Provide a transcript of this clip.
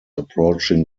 approaching